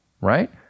right